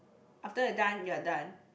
after you're done you're done